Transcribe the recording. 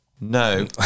no